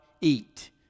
eat